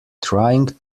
trying